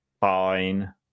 fine